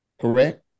correct